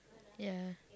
ya